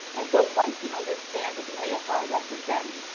and so once you understand what the asr represents,